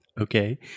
Okay